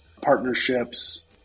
partnerships